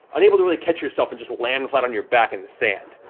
unable to really catch yourself, and just land flat on your back in the sand.